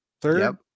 Third